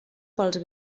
pels